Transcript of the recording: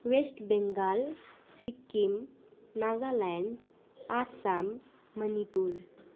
West Bengal Sikkim Nagaland Assam Manipur